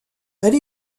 elle